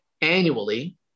annually